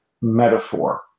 metaphor